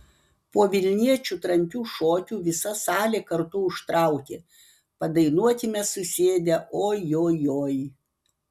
po vilniečių trankių šokių visa salė kartu užtraukė padainuokime susėdę o jo joj